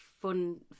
fun